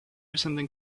something